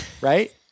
Right